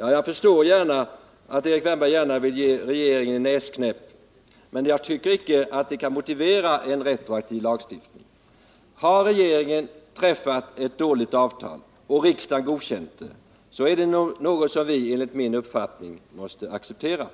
Ja, jag förstår att Erik Wärnberg gärna vill ge regeringen en näsknäpp, men jag tycker icke att det kan motivera en retroaktiv lagstiftning. Har regeringen träffat ett dåligt avtal och riksdagen godkänt det, så är det något som vi enligt min uppfattning måste acceptera.